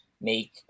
make